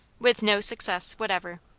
with no success whatever.